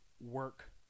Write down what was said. work